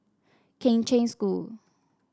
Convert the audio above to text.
Kheng Cheng School